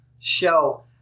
Show